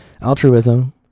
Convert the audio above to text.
Altruism